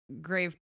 grave